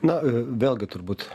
na vėlgi turbūt